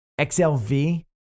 XLV